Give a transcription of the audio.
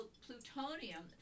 plutonium